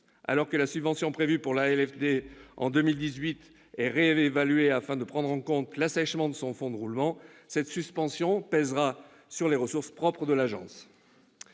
Alors que la subvention prévue pour l'AFLD en 2018 est réévaluée afin de prendre en compte l'assèchement de son fonds de roulement, cette suspension pèsera sur les ressources propres de l'agence.